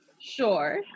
Sure